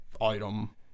item